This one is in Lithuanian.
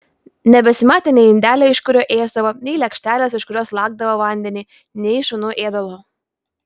nebesimatė nei indelio iš kurio ėsdavo nei lėkštelės iš kurios lakdavo vandenį nei šunų ėdalo